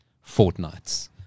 fortnights